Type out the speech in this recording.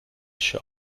wäsche